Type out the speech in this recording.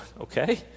okay